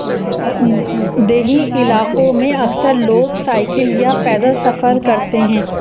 دیہی علاقوں میں اکثر لوگ سائیکل یا پیدل سفر کرتے ہیں